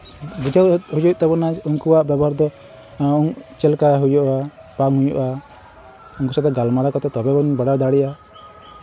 ᱵᱩᱡᱷᱟᱹᱣ ᱦᱩᱭᱩᱜ ᱛᱟᱵᱳᱱᱟ ᱩᱱᱩᱣᱟᱜ ᱵᱮᱵᱚᱦᱟᱨ ᱫᱚ ᱪᱮᱫ ᱞᱮᱠᱟ ᱦᱩᱭᱩᱜᱼᱟ ᱵᱟᱝ ᱦᱩᱭᱩᱜᱼᱟ ᱩᱱᱠᱩ ᱥᱟᱛᱮᱜ ᱜᱟᱞᱢᱟᱨᱟᱣ ᱠᱟᱛᱮᱫ ᱛᱚᱵᱮ ᱟᱹᱱᱤᱡ ᱵᱚᱱ ᱵᱟᱲᱟᱭ ᱫᱟᱲᱮᱭᱟᱜᱼᱟ